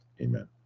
Amen